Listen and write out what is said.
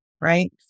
right